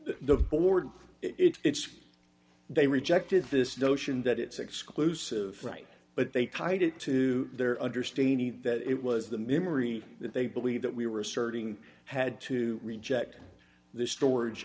the board it's they rejected this notion that it's exclusive right but they tied it to their understanding that it was the memory that they believe that we were asserting had to reject the storage